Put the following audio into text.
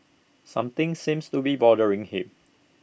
something seems to be bothering him